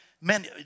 Men